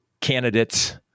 candidates